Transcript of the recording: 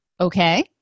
okay